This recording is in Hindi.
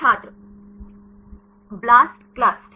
छात्र ब्लास्टक्लस्ट